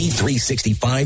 P365